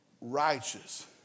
righteous